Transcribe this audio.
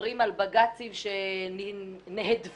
ומדברים על בג"צים שנהדפו